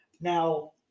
Now